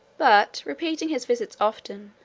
but repeating his visits often,